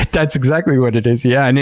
that's exactly what it is, yeah! and